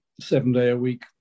seven-day-a-week